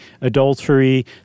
adultery